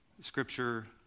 Scripture